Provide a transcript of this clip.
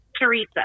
Teresa